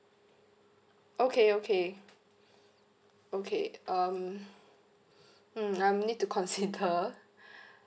okay okay okay um um I will need to consider